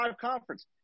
conference